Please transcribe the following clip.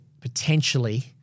potentially